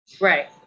Right